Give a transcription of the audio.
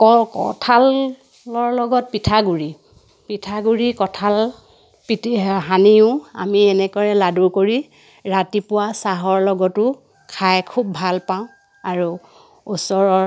কঁঠালৰ লগত পিঠা গুড়ি পিঠা গুড়ি কঁঠাল পিটি সানিও আমি এনেকৈয়ে লাড়ু কৰি ৰাতিপুৱা চাহৰ লগতো খাই খুব ভালপাওঁ আৰু ওচৰৰ